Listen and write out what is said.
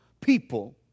people